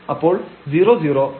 അപ്പോൾ 0 0